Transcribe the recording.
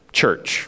church